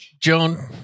Joan